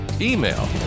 Email